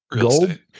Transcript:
Gold